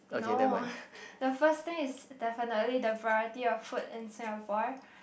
no the first thing is definitely the variety of food in Singapore